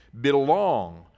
belong